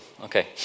Okay